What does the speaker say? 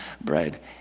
bread